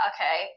Okay